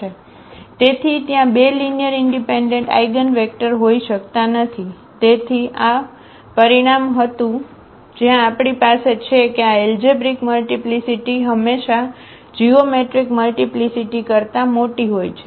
તેથી ત્યાં બે લીનીઅરઇનડિપેન્ડન્ટ આઇગનવેક્ટર હોઈ શકતા નથી તે આ પરિણામ હતું જ્યાં આપણી પાસે છે કે આ એલજેબ્રિક મલ્ટીપ્લીસીટી હંમેશા જીઓમેટ્રિક મલ્ટીપ્લીસીટી કરતા મોટી હોય છે